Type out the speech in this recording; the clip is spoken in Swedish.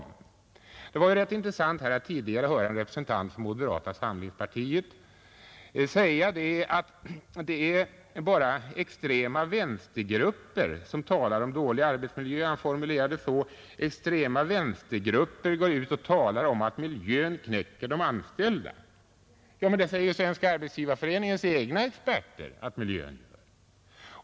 Det var ganska intressant att tidigare under debatten höra en representant för moderata samlingspartiet säga att det endast är extrema vänstergrupper som talar om dålig arbetsmiljö. Han formulerade det så, att extrema vänstergrupper går ut och talar om att miljön knäcker de anställda. Ja, men det säger Svenska arbetsgivareföreningens egna experter att miljön gör.